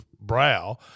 brow